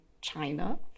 China